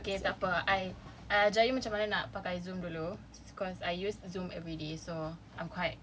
okay tak apa I I ajar you macam mana nak pakai Zoom dulu cause I use Zoom everyday so I'm quite